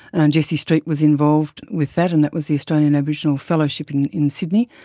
and jessie street was involved with that and that was the australian aboriginal fellowship in in sydney.